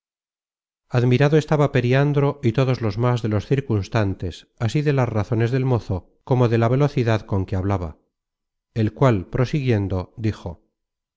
admirado estaba periandro y todos los más de los circunstantes así de las razones del mozo como de la velocidad con que hablaba el cual prosiguiendo dijo